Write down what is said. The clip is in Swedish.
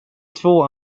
två